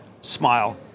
smile